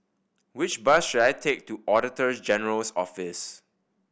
which bus should I take to Auditor General's Office